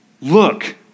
look